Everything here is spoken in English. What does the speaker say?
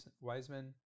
Wiseman